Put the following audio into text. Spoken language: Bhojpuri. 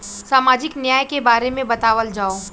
सामाजिक न्याय के बारे में बतावल जाव?